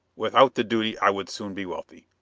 without the duty i would soon be wealthy.